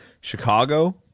chicago